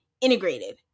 integrated